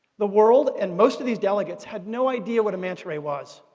the world and most of these delegates had no idea what a manta ray was,